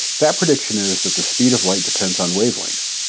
that prediction is that the speed of light depends on wavelength.